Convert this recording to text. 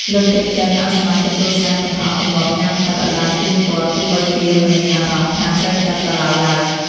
លើកទឹកចិត្តឱ្យសមាជិកគ្រួសារទាំងអស់ទម្លាប់ញ៉ាំទឹកឱ្យបានទៀងទាត់ទោះបីជាមិនមានអារម្មណ៍ថាស្រេកទឹកក៏ដោយឡើយ។